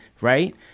Right